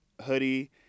hoodie